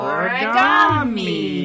Origami